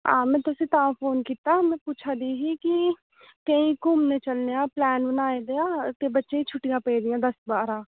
आं में तुसेंगी तां फोन कीता में पुच्छा दी ही कि केह् घूमने चलने आं पलैन बनाए दा ते बच्चें गी छुट्टियां पेदियां दस बारां